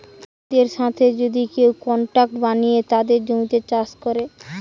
চাষিদের সাথে যদি কেউ কন্ট্রাক্ট বানিয়ে তাদের জমিতে চাষ করে